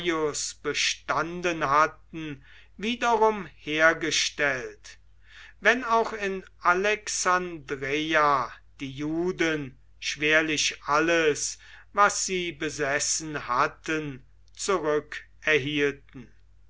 bestanden hatten wiederum hergestellt wenn auch in alexandreia die juden schwerlich alles was sie besessen hatten